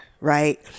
right